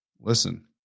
Listen